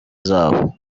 zabo